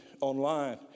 online